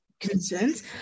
concerns